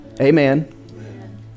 Amen